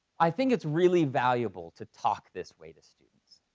i think it's really valuable to talk this way to students,